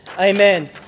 Amen